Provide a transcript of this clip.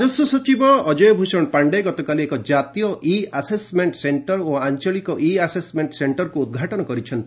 ଇ assessment କେନ୍ଦ ରାଜସ୍ପ ସଚିବ ଅଜୟ ଭୂଷଣ ପାଣ୍ଡେ ଗତକାଲି ଏକ ଜାତୀୟ ଇ ଆସେସ୍ମେଣ୍ଟ ସେଣ୍ଟର ଓ ଆଞ୍ଚଳିକ ଇ ଆସେସ୍ମେଣ୍ଟ ସେଣ୍ଟରକୁ ଉଦ୍ଘାଟନ କରିଛନ୍ତି